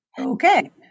Okay